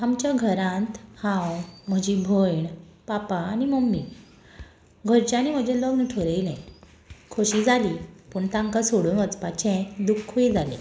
आमच्या घरांत हांव म्हजी भयण पापा आनी मम्मी घरच्यांनी म्हजें लग्न ठरयलें खोशी जाली पूण तांकां सोडून वचपाचें दुख्खूय जालें